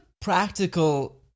practical